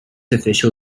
official